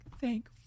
thank